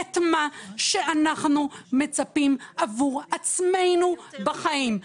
את מה שאנחנו מצפים עבור עצמנו בחיים.